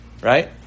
Right